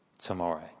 tomorrow